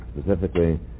Specifically